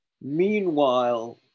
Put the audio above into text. Meanwhile